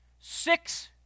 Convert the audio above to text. six